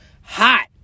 hot